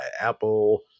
Apple